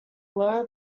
low